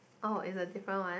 oh it's a different one